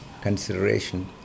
consideration